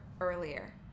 earlier